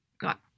got